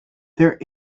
there